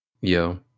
Yo